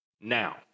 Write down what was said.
now